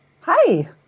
Hi